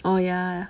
oh ya